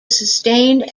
sustained